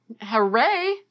hooray